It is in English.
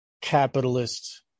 capitalist